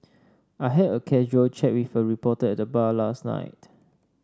I had a casual chat with a reporter at the bar last night